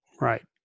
Right